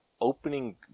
opening